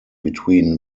between